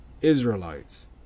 Israelites